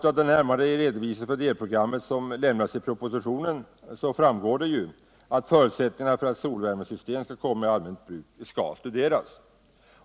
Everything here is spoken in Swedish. Av den närmare redovisning för delprogrammet som lämnas i propositionen framgår alt förutsättningarna för att solvärmesystem skall komma i allmänt bruk skall studeras.